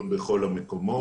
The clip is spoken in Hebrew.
בכל המקומות.